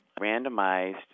randomized